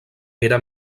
era